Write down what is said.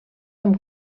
amb